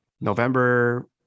November